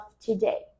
today